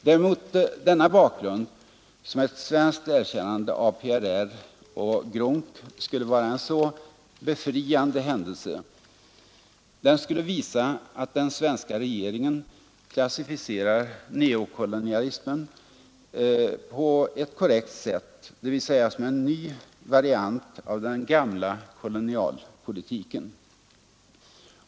Det är mot denna bakgrund som ett svenskt erkännande av PRR och GRUNGC skulle vara en så befriande händelse. Den skulle visa att den svenska regeringen klassificerar neokolonialismen på ett korrekt sätt, dvs. som en ny variant av den gamla kolonialpolitiken.